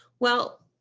well,